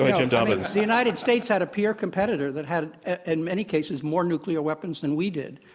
ah jim dobbins. the united states had a peer competitor that had in many cases, more nuclear weapons than we did.